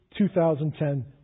2010